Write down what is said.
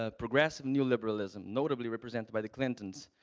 ah progressive neoliberalism, notably represented by the clintons,